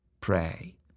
Pray